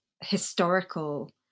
historical